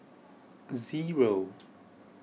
zero